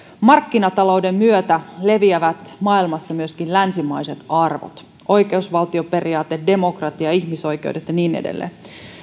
markkinatalouden myötä leviävät maailmassa myöskin länsimaiset arvot oikeusvaltioperiaate demokratia ihmisoikeudet ja niin edelleen